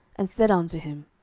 and said unto him,